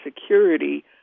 security